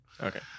Okay